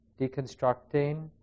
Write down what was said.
deconstructing